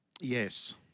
yes